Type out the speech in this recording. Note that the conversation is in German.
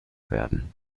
werden